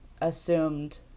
assumed